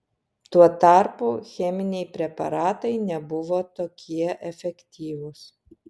tuo tarpu cheminiai preparatai nebuvo tokie efektyvūs